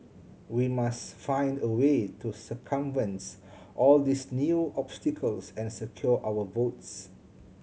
we must find a way to circumvents all these new obstacles and secure our votes